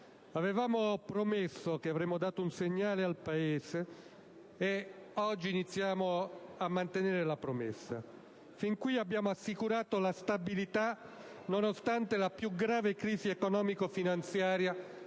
avevamo promesso che avremmo dato un segnale al Paese e oggi iniziamo a mantenere la promessa. Fin qui abbiamo assicurato la stabilità nonostante la più grave crisi economico-finanziaria